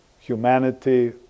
humanity